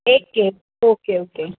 एक के okay okay